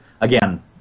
again